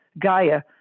Gaia